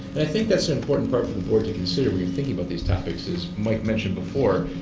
i think that's an important part for the board to consider when thinking about these topics as mike mentioned before.